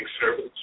service